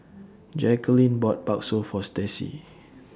Jacalyn bought Bakso For Staci